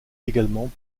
également